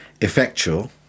effectual